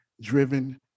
driven